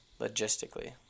logistically